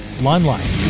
Limelight